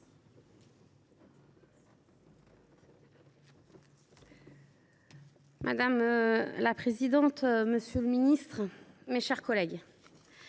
Madame la présidente, monsieur le ministre, mes chers collègues,